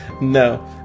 No